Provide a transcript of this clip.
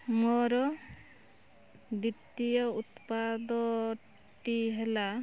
ମୋର ଦ୍ୱିତୀୟ ଉତ୍ପାଦଟି ହେଲା